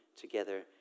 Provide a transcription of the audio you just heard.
together